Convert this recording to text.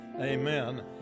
Amen